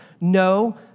No